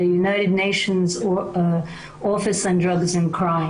United Nation Office Drugs and Crime.